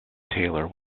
taylor